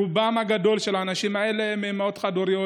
רובם הגדול של האנשים האלה הם אימהות חד-הוריות,